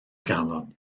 galon